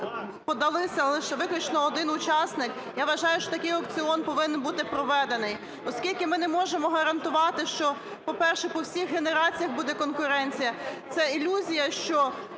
подалися лише… виключно один учасник, я вважаю, що такий аукціон повинен бути проведений, оскільки ми не можемо гарантувати, що, по-перше, по всіх генераціях буде конкуренція. Це ілюзія, що